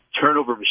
turnover